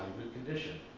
condition,